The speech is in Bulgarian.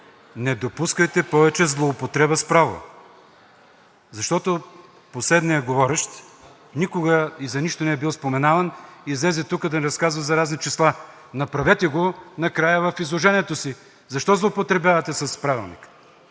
не допускайте повече злоупотреба с право, защото последният говорещ никога и за нищо не е бил споменаван и излезе тук да ни разказва за разни числа. Направете го накрая в изложението си. Защо злоупотребявате с Правилника?